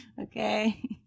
okay